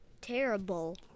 Terrible